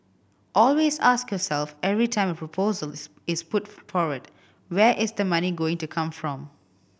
always ask yourself every time a proposals is put forward where is the money going to come from